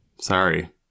Sorry